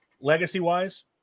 legacy-wise